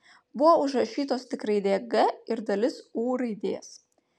buvo užrašytos tik raidė g ir dalis u raidės